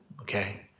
Okay